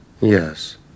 Yes